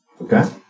Okay